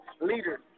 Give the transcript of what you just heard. leader